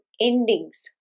endings